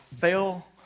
fell